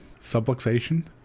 subluxation